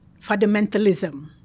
fundamentalism